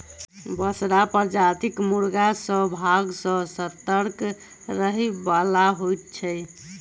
बसरा प्रजातिक मुर्गा स्वभाव सॅ सतर्क रहयबला होइत छै